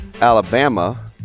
Alabama